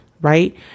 right